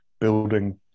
building